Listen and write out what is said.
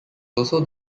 also